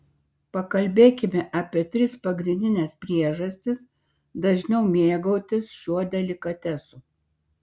pakalbėkime apie tris pagrindines priežastis dažniau mėgautis šiuo delikatesu